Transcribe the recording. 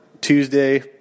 Tuesday